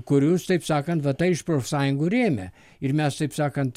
kur jūs taip sakant va ta iš profsąjungų rėmė ir mes taip sakant